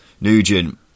Nugent